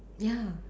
ya